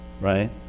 Right